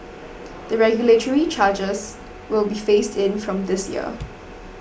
the regulatory changes will be phased in from this year